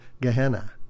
Gehenna